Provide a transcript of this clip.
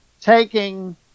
taking